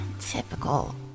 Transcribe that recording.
typical